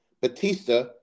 Batista